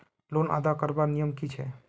Loan अदा करवार नियम की छे?